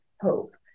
hope